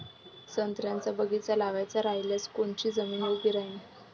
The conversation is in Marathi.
संत्र्याचा बगीचा लावायचा रायल्यास कोनची जमीन योग्य राहीन?